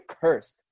cursed